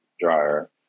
dryer